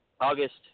August